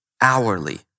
hourly